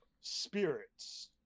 spirits